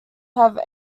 have